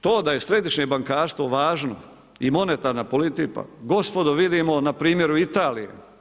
To da je središnje bankarstvo važno i monetarna politika, gospodo vidimo na primjeru Italije.